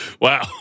Wow